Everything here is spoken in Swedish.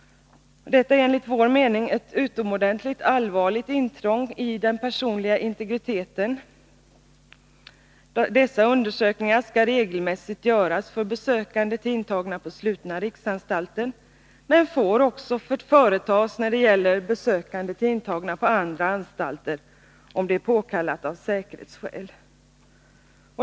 Detta är enligt vår mening ett utomordentligt allvarligt intrång i den personliga integriteten. Dessa undersökningar skall regelmässigt göras beträffande besökande till intagna på slutna riksanstalter, men får företas också i fråga om besökande tillintagna på andra anstalter, om det är påkallat av säkerhetsskäl.